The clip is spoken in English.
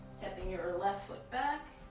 stepping your left foot back,